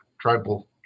tribal